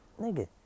nigga